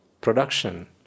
production